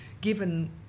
Given